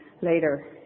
later